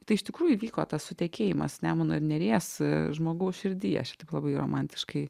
tai iš tikrųjų įvyko tas sutekėjimas nemuno ir neries žmogaus širdyje aš čia taip labai romantiškai